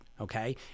Okay